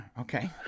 Okay